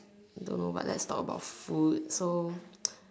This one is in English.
no but let's talk about food so